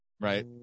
right